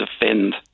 defend